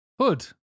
Hood